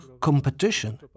competition